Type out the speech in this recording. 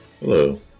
Hello